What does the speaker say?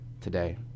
today